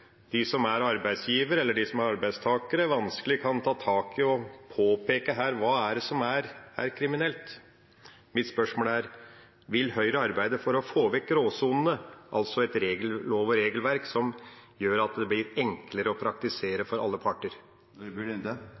de som er arbeidsgivere og arbeidstakere, vanskelig kan ta tak i og påpeke hva som er kriminelt. Mitt spørsmål er: Vil Høyre arbeide for å få vekk gråsonene, altså få på plass et lov- og regelverk som blir enklere å praktisere for alle